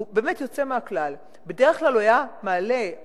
והוא באמת יוצא מהכלל, בדרך כלל פסטיבל "מסרחיד"